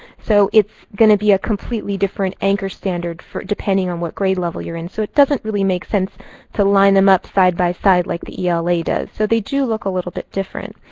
so it's going to be a completely different anchor standard, depending on what grade level you're in. so it doesn't really make sense to line them up side by side like the ela does. so they do look a little bit different.